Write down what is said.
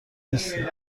نیستی